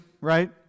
right